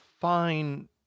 fine